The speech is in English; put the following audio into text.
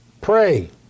Pray